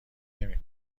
نمی